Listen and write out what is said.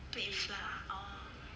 plain flour oh